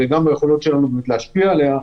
וגם ביכולות שלנו להשפיע עליה,